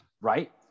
right